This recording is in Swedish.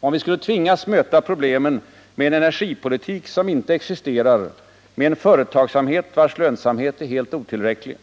Och vi skulle tvingas möta problemen med en energipolitik som inte existerar, med en företagsamhet vars lönsamhet är helt otillräcklig